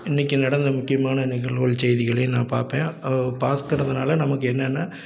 இன்னைக்கு நடந்த முக்கியமான நிகழ்வுகள் செய்திகளையும் நான் பார்ப்பேன் பார்க்குறதுனால நமக்கு என்னன்னா